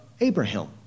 Abraham